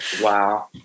wow